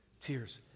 Tears